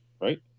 right